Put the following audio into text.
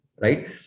right